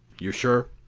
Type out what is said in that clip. you're sure?